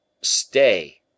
stay